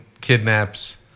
kidnaps